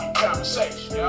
conversation